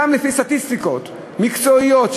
גם לפי סטטיסטיקות מקצועיות,